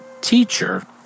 teacher